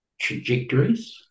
trajectories